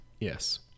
Yes